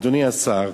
אדוני השר,